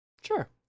Sure